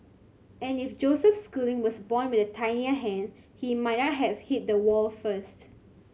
and if Joseph Schooling was born with a tinier hand he might not have hit the wall first